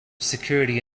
security